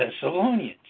Thessalonians